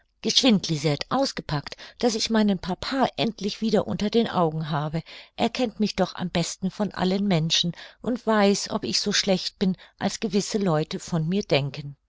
geschwind lisette ausgepackt daß ich meinen papa endlich wieder unter den augen habe er kennt mich doch am besten von allen menschen und weiß ob ich so schlecht bin als gewisse leute von mir denken